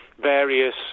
various